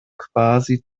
quasi